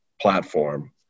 platform